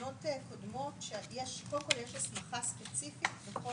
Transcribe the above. יש הסמכה ספציפית בחוק